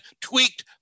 tweaked